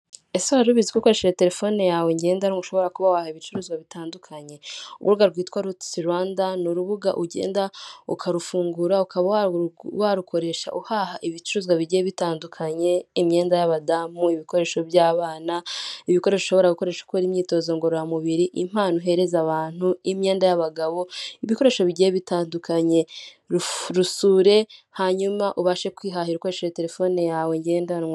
Ese warubizi ko ukoresheje telefone yawe ngendanwa ushobora kuba wahaha ibicuruzwa bitandukanye. Urubuga rwitwa rutsi Rwanda ni urubuga ugenda ukarufungura ukaba warukoresha uhaha ibicuruzwa bigiye bitandukanye imyenda y'abadamu ,ibikoresho by'abana, ibikoresho ushobora gukoresha ukora imyitozo ngorora mubiri ,impano uhereza abantu ,imyenda y'abagabo, ibikoresho bigiye bitandukanye rusure hanyuma ubashe kwihahira ukoresheje telefone yawe ngendanwa.